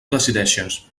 decideixes